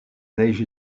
neiges